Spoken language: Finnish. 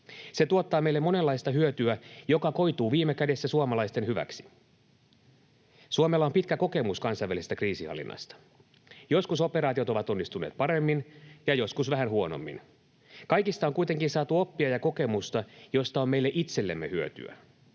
Se tuottaa meille monenlaista hyötyä, joka koituu viime kädessä suomalaisten hyväksi. Suomella on pitkä kokemus kansainvälisestä kriisinhallinnasta. Joskus operaatiot ovat onnistuneet paremmin ja joskus vähän huonommin. Kaikista on kuitenkin saatu oppia ja kokemusta, josta on meille itsellemme hyötyä.